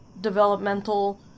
developmental